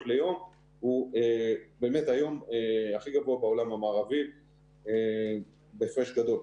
ליום הוא באמת היום הכי גבוה בעולם המערבי בהפרש גדול.